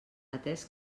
atès